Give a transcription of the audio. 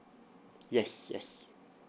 yes yes